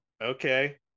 okay